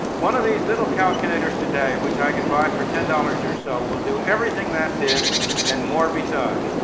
one of these little calculators today, which i can buy for ten dollars or so, will do everything that did and more besides.